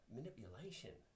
Manipulation